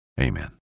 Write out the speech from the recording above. Amen